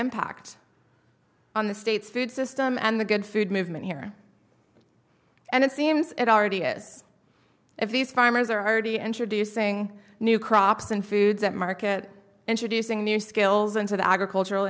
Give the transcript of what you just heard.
impact on the state's food system and the good food movement here and it seems it already is if these farmers are already introducing new crops and foods at market introducing new skills into the agricultural